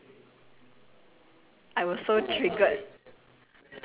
he wrote you one um have a good day jean smiley face